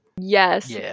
yes